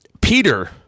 Peter